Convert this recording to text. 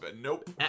Nope